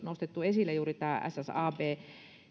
nostettu esille juuri ssab